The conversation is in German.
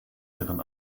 deren